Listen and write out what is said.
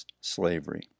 slavery